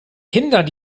hindern